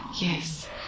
Yes